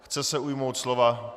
Chce se ujmout slova.